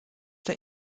der